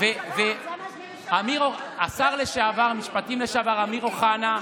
שר המשפטים לשעבר אמיר אוחנה,